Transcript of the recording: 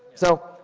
so.